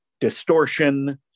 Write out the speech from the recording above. distortion